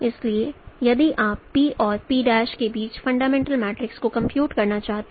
इसलिए यदि आप P और P' के बीच फंडामेंटल मैट्रिक्स को कंप्यूट करना चाहते हैं